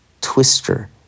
twister